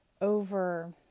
over